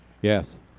Yes